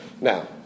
Now